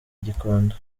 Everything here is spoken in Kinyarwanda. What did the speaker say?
gikondo